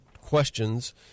questions